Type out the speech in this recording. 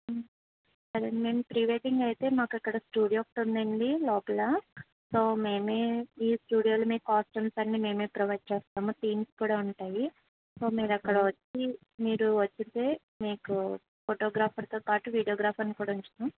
సరే మేము pre wedding అయితే మాకు అక్కడ స్టూడియో ఒకటి ఉందండి లోపల సో మేమే ఈ స్టూడియోలో మీకు కాస్ట్యూమ్స్ అన్నీ మేమే ప్రొవైడ్ చేస్తాము థీమ్స్ కూడా ఉంటాయి సో మీరు అక్కడ వచ్చి మీరు వస్తే మీకు ఫోటోగ్రాఫర్తో పాటు వీడియోగ్రాఫర్ని కూడా ఉంచుతాం